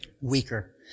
Weaker